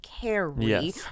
carry